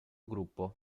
gruppo